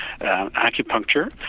acupuncture